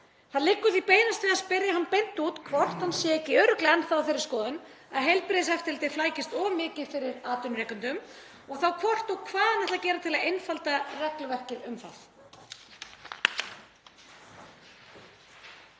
Það liggur því beinast við að spyrja hann beint út hvort hann sé ekki örugglega enn þá á þeirri skoðun að heilbrigðiseftirlitið flækist of mikið fyrir atvinnurekendum og þá hvort og hvað hann ætli að gera til að einfalda regluverkið um það.